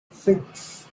six